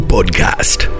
Podcast